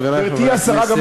חברי חברי הכנסת,